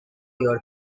your